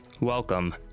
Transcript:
Welcome